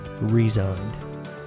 resigned